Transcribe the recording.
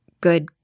good